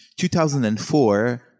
2004